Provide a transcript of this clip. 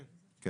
כן.